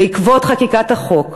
בעקבות חקיקת החוק,